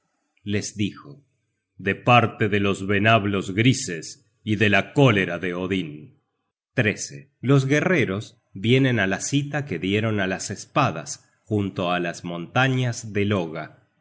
les dijo de parte de los venablos grises y de la cólera de odin los guerreros vienen á la cita que dieron á las espadas junto á las montañas de loga